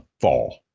fall